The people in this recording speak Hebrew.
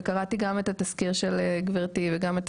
וקראתי גם את התזכיר של גברתי וגם את